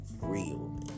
real